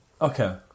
Okay